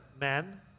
men